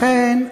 לכן,